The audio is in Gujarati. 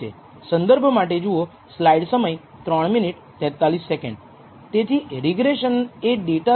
તેથી કેટલીક એવી ધારણાઓ શું છે જે આપણે એરર વિશે કરીએ છીએ જે આશ્રિત ચલના માપને બગાડે છે